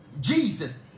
Jesus